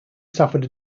suffered